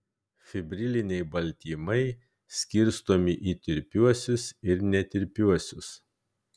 fibriliniai baltymai skirstomi į tirpiuosius ir netirpiuosius